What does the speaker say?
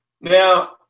Now